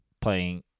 playing